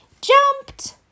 Jumped